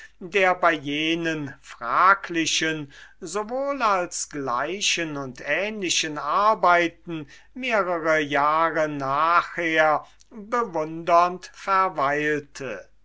der bei jenen fraglichen sowohl als gleichen und ähnlichen arbeiten mehrere jahre nachher bewundernd verweilte